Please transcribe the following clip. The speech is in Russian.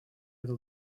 это